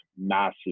massive